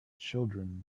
children